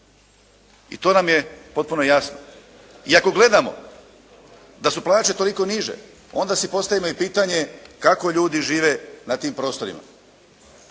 i to nam je potpuno jasno i ako gledamo da su plaće toliko niže onda si postavljamo i pitanje kako ljudi žive na tim prostorima.